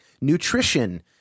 nutrition